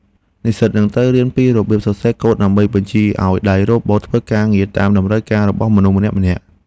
និស្សិតនឹងត្រូវរៀនពីរបៀបសរសេរកូដដើម្បីបញ្ជាឱ្យដៃរ៉ូបូតធ្វើការងារតាមតម្រូវការរបស់មនុស្សម្នាក់ៗ។